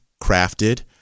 Crafted